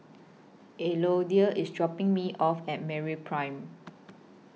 Elodie IS dropping Me off At Merry Prime